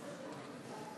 53 מתנגדים.